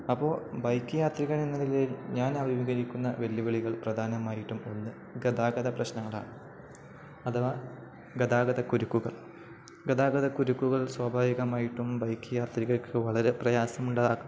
അപ്പോള് ബൈക്ക് യാത്രികനെന്ന നിലയിൽ ഞാൻ അഭിമുഖീകരിക്കുന്ന വെല്ലുവിളികൾ പ്രധാനമായിട്ടും ഒന്ന് ഗതാഗത പ്രശ്നങ്ങളാണ് അഥവാ ഗതാഗത കുരുക്കുകൾ ഗതാഗത കുരുക്കുകൾ സ്വാഭാവികമായിട്ടും ബൈക്ക് യാത്രികര്ക്കു വളരെ പ്രയാസമുള്ളതാക്കും